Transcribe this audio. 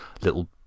little